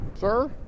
sir